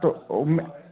तो मैं